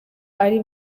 ari